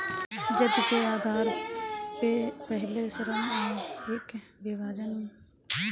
जाति के आधार पअ पहिले श्रम कअ विभाजन भइल रहे